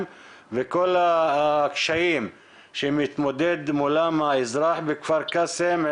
וכל הקשיים שמתמודד מולם האזרח בכפר קאסם,